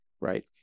right